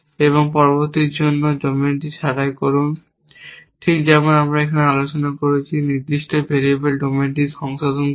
এবং পরবর্তীটির জন্য ডোমেনটি ছাঁটাই করুন। ঠিক যেমন আমরা এখানে আলোচনা করেছি নির্দিষ্ট ভেরিয়েবলের ডোমেন সংশোধন করুন